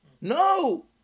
No